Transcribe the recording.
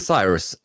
Cyrus